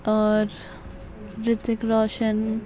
اور رتک روشن